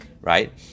right